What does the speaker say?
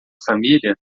família